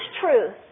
truth